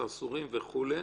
הסרסורים וכו',